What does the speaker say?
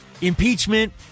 impeachment